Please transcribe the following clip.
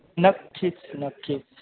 नक्कीचच नक्कीच